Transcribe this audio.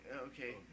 Okay